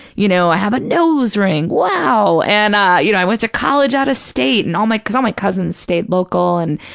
you know, i have a nose ring, wow, and, you know, i went to college out of state and all my, because all my cousins stayed local and,